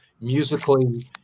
musically